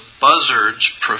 buzzard's